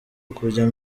ukujya